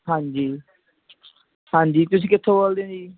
ਹਾਂਜੀ ਹਾਂਜੀ ਤੁਸੀਂ ਕਿੱਥੋਂ ਬੋਲਦੇ ਹੋ ਜੀ